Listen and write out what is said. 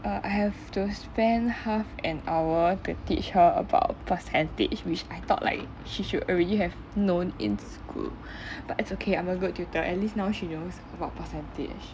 err I have to spend half an hour to teach her about percentage which I thought like she should already have known in school but it's okay I'm a good tutor at least now she knows about percentage